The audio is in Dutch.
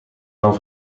dan